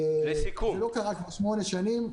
זה לא קרה כבר שמונה שנים.